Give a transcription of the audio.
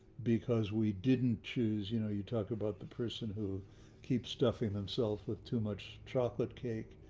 because we didn't choose, you know, you talk about the person who keeps stuffing themselves with too much chocolate cake,